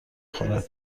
خورد